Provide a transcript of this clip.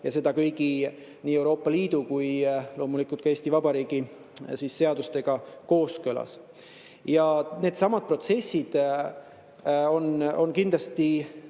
ja seda kõigi nii Euroopa Liidu kui loomulikult ka Eesti Vabariigi seadustega kooskõlas. Need protsessid on kindlasti